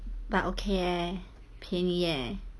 but okay leh 便宜 eh